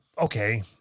okay